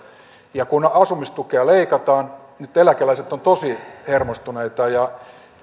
kun asumistukea leikataan nyt eläkeläiset ovat tosi hermostuneita ja